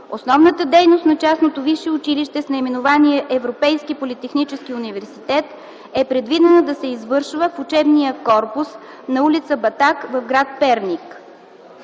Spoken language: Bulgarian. Основната дейност на частното висше училище с наименование „Европейски политехнически университет” е предвидена да се извършва в учебния корпус на ул. „Батак” в гр. Перник.